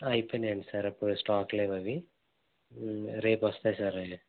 అయిపోయినాయండి సరుకులు స్టాక్ లేవవి రేపు వస్తాయి సార్ అవి